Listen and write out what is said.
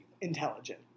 Intelligent